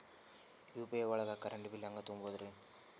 UPI ಒಳಗ current bill ಹೆಂಗ್ ತುಂಬದ್ರಿ?